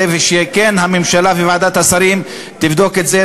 ושכן הממשלה וועדת השרים יבדקו את זה,